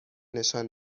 نشان